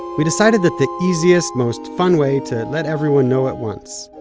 we decided that the easiest, most fun way to let everyone know at once,